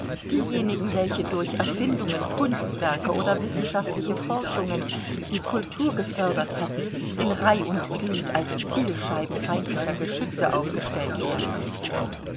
diejenigen welche durch erfindungen kunstwerke oder wissenschaftliche forschungen die kultur gefördert hätten in reih und glied als zielscheiben feindlicher geschütze aufgestellt werden